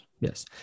Yes